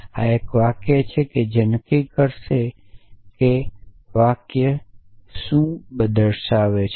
આ એક વાક્ય છે જે નક્કી કરશે નહીં કે વાક્ય શું છે